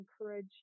encourage